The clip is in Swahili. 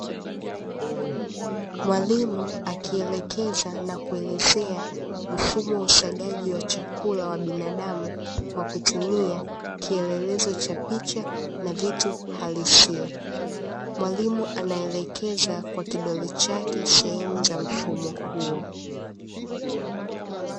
Mwalimu akielekeza na kuelezea mfumo wa usagaji wa chakula wa binadamu kwa kutumia kielelezo cha picha na vitu halisia. Mwalimu anaelekeza kwa kidole chake sehemu za mfumo huo.